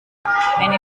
eine